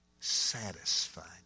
satisfied